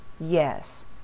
yes